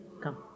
come